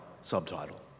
subtitle